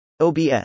OBS